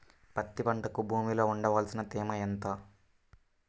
పత్తి పంటకు భూమిలో ఉండవలసిన తేమ ఎంత?